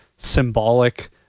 symbolic